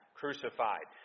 crucified